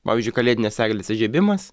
pavyzdžiui kalėdinės eglės įžiebimas